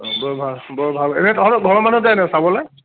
অঁ বৰ ভাল বৰ ভাল এনেই তহঁতৰ ঘৰৰ মানুহে যাই নাই চাবলৈ